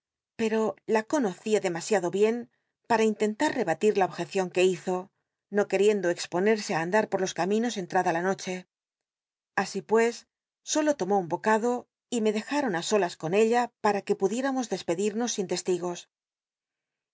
peto la conocía demasiado bien para intentar rehalir la objccion uc hizo no qucricndo exponcrse andar pot los ca min os entrada la noche así omó un bocado y me dcjat'oil j solas pues solo l con ella para ne pudiémmos despedirnos in te